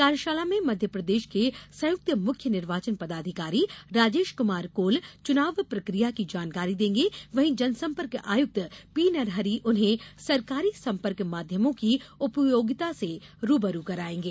कार्यशाला में मध्यप्रदेश के संयुक्त मुख्य निर्वाचन पदाधिकारी राजेश क्मार कोल चुनाव प्रक्रिया की जानकारी देंगे वहीं जनसंपर्क आयुक्त पी नरहरि उन्हें सरकारी संपर्क माध्यमों की उपयोगिता से रूबरू कराएँगे